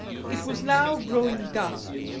it was now growing dusk,